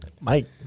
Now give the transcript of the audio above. Mike